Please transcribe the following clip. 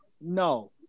No